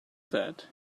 that